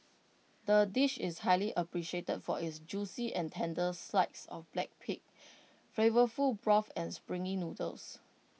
the dish is highly appreciated for its juicy and tender slides of black pig flavourful broth and springy noodles